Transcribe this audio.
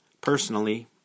Personally